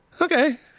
Okay